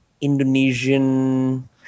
Indonesian